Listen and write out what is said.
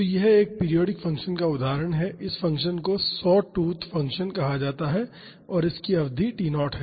तो यह एक पीरियाडिक फंक्शन का एक उदाहरण है इस फ़ंक्शन को सॉटूथ फ़ंक्शन कहा जाता है और इसकी अवधि T0 है